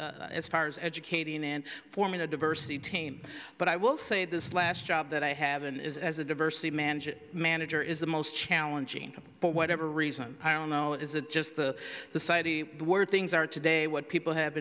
with as far as educating and forming a diversity team but i will say this last job that i haven't is as a diversity manjit manager is the most challenging but whatever reason i don't know is a just the the citee were things are today what people have